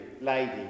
lady